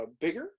bigger